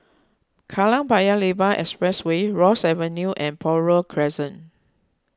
Kallang Paya Lebar Expressway Ross Avenue and Buroh Crescent